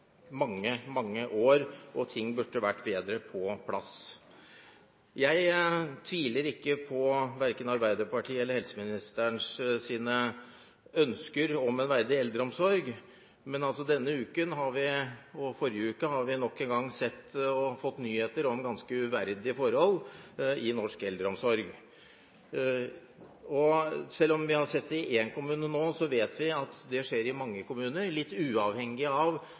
mange, mange år, og ting burde vært bedre på plass. Jeg tviler ikke på verken Arbeiderpartiets eller helseministerens ønsker om en verdig eldreomsorg, men denne og forrige uke har vi nok en gang sett og fått nyheter om ganske uverdige forhold i norsk eldreomsorg. Selv om vi nå har sett det i én kommune, vet vi at det skjer i mange kommuner, litt uavhengig av